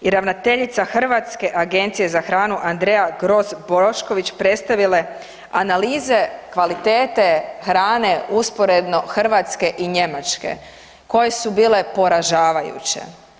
i ravnateljica Hrvatske agencije za hranu, Andrea Gross-Bošković predstavile analize kvalitete usporedno Hrvatske i Njemačke koje su bile poražavajuće.